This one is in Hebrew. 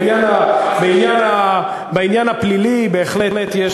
בעניין הפלילי, בהחלט יש